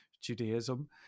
Judaism